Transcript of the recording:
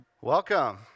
Welcome